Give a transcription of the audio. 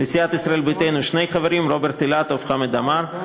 לסיעת ישראל ביתנו שני חברים: רוברט אילטוב וחמד עמאר,